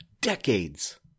decades